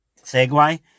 Segway